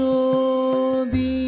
Jodi